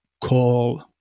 call